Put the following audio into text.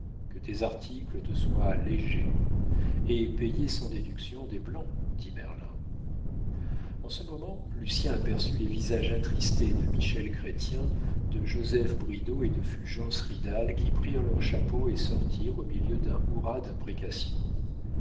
que tes articles te soient légers et payés sans déduction des blancs dit merlin en ce moment lucien aperçut les visages attristés de michel chrestien de joseph bridau et de fulgence ridal qui prirent leurs chapeaux et sortirent au milieu d'un hurrah d'imprécations